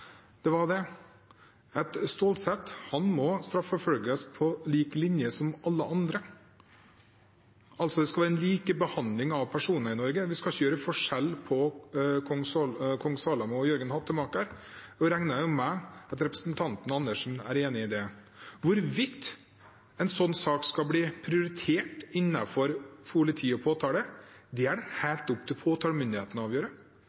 skal være likebehandling av personene i Norge. Vi skal ikke gjøre forskjell på kong Salomo og Jørgen hattemaker. Jeg regner med at representanten Andersen er enig i det. Hvorvidt en sånn sak skal bli prioritert innenfor politi og påtale, er det helt opp til påtalemyndigheten å avgjøre, og påtalemyndigheten er uavhengig. Det